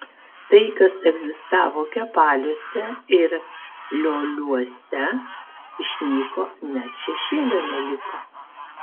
tai kas egzistavo kepaliuose ir lioliuose išnyko net šešėlio neliko